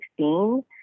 2016